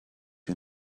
you